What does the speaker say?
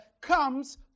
comes